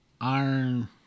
iron